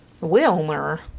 Wilmer